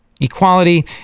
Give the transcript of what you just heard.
Equality